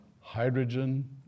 Hydrogen